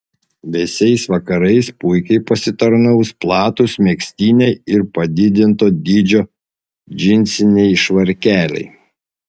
vėsiais vakarais puikiai pasitarnaus platūs megztiniai ir padidinto dydžio džinsiniai švarkeliai